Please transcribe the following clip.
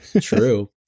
True